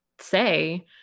say